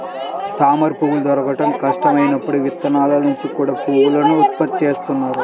తామరపువ్వులు దొరకడం కష్టం అయినప్పుడు విత్తనాల నుంచి కూడా పువ్వులను ఉత్పత్తి చేస్తున్నారు